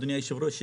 אדוני היושב-ראש,